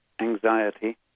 Anxiety